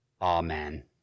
Amen